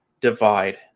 divide